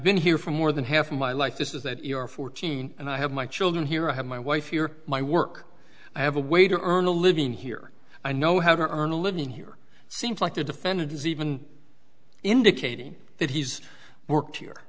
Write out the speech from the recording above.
been here for more than half my life is that your fourteen and i have my children here i have my wife you're my work i have a way to earn a living here i know how to earn a living here seems like the defendant is even indicating that he's worked here